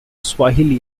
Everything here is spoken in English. swahili